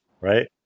right